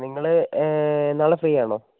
നിങ്ങൾ നാളെ ഫ്രീയാണോ